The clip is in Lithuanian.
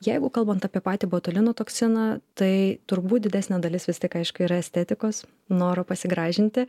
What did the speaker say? jeigu kalbant apie patį botulino toksiną tai turbūt didesnė dalis vis tik aišku yra estetikos noro pasigražinti